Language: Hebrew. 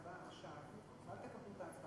זו בעיה אחת שצריך לתת לה פתרון.